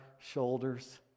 shoulders